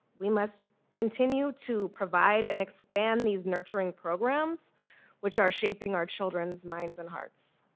we must continue to provide and expand these nurturing programs which are shaping our children's minds and hearts.